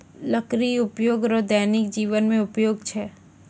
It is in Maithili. लकड़ी उपयोग रो दैनिक जिवन मे उपयोग छै